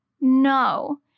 No